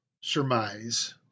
surmise